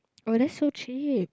oh that's so cheap